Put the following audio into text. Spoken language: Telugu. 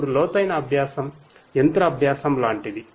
ఇప్పుడు లోతైన అభ్యాసం యంత్ర అభ్యాసం లాంటిది